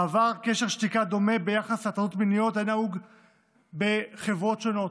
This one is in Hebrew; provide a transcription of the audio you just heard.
בעבר קשר שתיקה דומה ביחס להטרדות מיניות היה נהוג בחברות שונות,